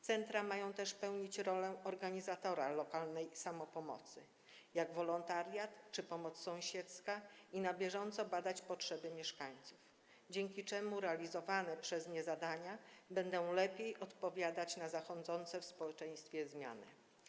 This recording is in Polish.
Centra mają też pełnić rolę organizatora lokalnej samopomocy, chodzi o wolontariat czy pomoc sąsiedzką, i na bieżąco badać potrzeby mieszkańców, dzięki czemu realizowane przez nie zadania będą lepiej odpowiadać na zachodzące w społeczeństwie zmiany.